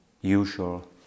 usual